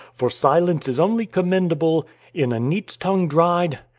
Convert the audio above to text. for silence is only commendable in a neat's tongue dried,